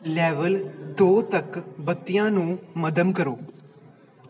level ਦੋ ਤੱਕ ਬੱਤੀਆਂ ਨੂੰ ਮੱਧਮ ਕਰੋ